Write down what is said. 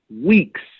weeks